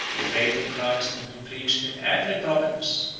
the faith of christ had been preached in every province,